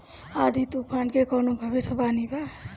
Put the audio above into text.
आँधी तूफान के कवनों भविष्य वानी बा की?